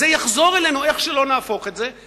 זה יחזור אלינו איך שלא נהפוך את זה,